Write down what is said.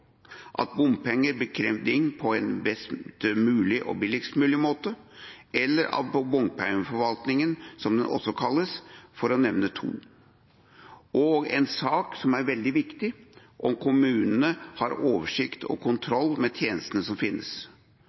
at bompenger blir krevd inn på en best mulig og billigst mulig måte – eller bompengeforvaltningen, som det også kalles – for å nevne to. Og en sak som er veldig viktig: om kommunene har oversikt over og kontroll med tjenestene som finnes.